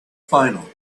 final